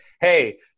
Hey